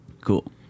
Cool